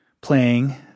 playing